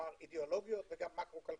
אידיאולוגיות וגם מקרו כלכליות.